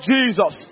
Jesus